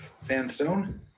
Sandstone